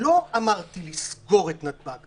לא אמרתי לסגור את נתב"ג,